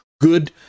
good